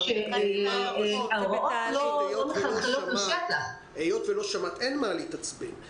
את הפער הזה הן חייבות לעזור לתלמידים להשלים.